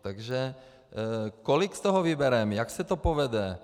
Takže kolik z toho vybereme, jak se to povede?